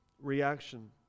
reaction